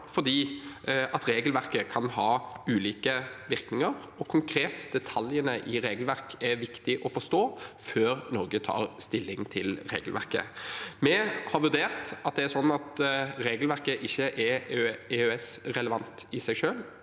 fordi regelverket kan ha ulike virkninger, og de konkrete detaljene i regelverket er viktig å forstå før Norge tar stilling til regelverket. Vi har vurdert det sånn at regelverket ikke er EØS-relevant i seg selv.